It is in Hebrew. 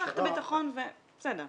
מערכת הביטחון, בסדר.